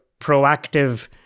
proactive